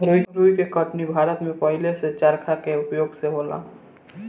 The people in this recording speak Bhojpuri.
रुई के कटनी भारत में पहिलेही से चरखा के उपयोग से होला